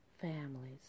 families